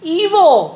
evil